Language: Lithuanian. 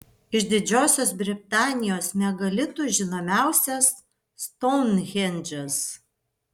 iš didžiosios britanijos megalitų žinomiausias stounhendžas